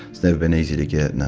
it's never been easier to get, no,